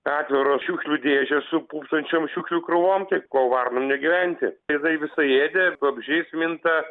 atviros šiukšlių dėžės su pūpsančiom šiukšlių krūvom tai ko varnom negyventi jinai visaėdė vabzdžiais minta